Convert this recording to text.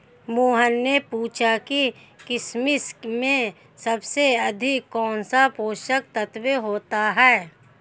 मोहन ने पूछा कि किशमिश में सबसे अधिक कौन सा पोषक तत्व होता है?